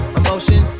emotion